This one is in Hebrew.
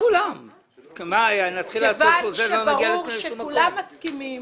כיוון שברור שכולם מסכימים